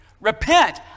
Repent